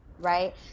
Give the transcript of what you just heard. right